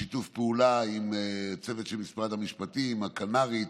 בשיתוף פעולה עם צוות של משרד המשפטים, הכנ"רית